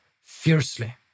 fiercely